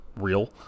real